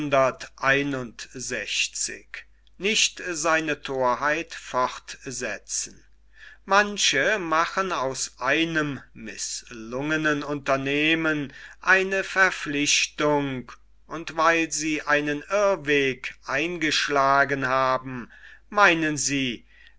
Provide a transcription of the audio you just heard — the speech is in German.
manche machen aus einem mißlungenen unternehmen eine verpflichtung und weil sie einen irrweg eingeschlagen haben meynen sie